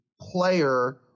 player